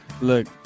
Look